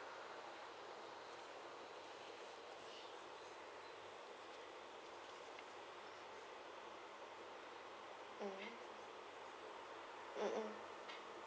mm mm mm